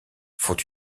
font